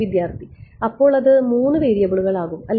വിദ്യാർത്ഥി അപ്പോൾ അത് അത് മൂന്ന് വേരിയബിളുകൾ ആകും അല്ലേ